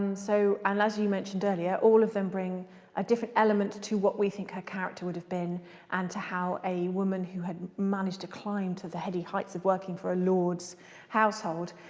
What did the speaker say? um so and as you mentioned earlier, all of them bring a different element to what we think her character would have been and to how a women who had managed to climb to the heady heights of working for a lord's household.